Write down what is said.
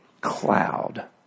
cloud